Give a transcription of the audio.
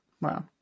Wow